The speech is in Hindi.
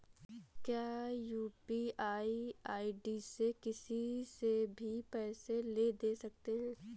क्या यू.पी.आई आई.डी से किसी से भी पैसे ले दे सकते हैं?